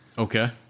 Okay